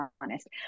honest